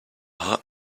heart